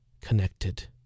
connected